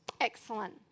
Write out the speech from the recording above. Excellent